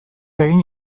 egin